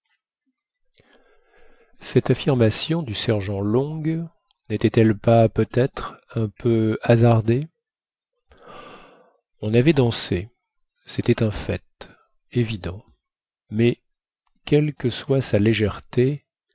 cette affirmation du sergent long n'était-elle pas peut-être un peu hasardée on avait dansé c'était un fait évident mais quelle que soit sa légèreté